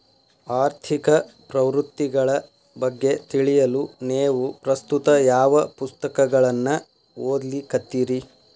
ಆರ್ಥಿಕ ಪ್ರವೃತ್ತಿಗಳ ಬಗ್ಗೆ ತಿಳಿಯಲು ನೇವು ಪ್ರಸ್ತುತ ಯಾವ ಪುಸ್ತಕಗಳನ್ನ ಓದ್ಲಿಕತ್ತಿರಿ?